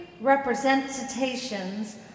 representations